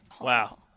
Wow